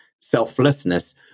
selflessness